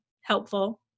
helpful